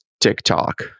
TikTok